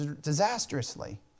disastrously